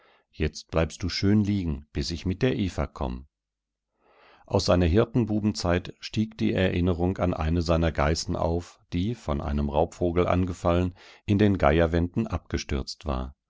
jetzt bleibst du schön liegen bis ich mit der eva komm aus seiner hirtenbubenzeit stieg die erinnerung an eine seiner geißen auf die von einem raubvogel angefallen in den geierwänden abgestürzt war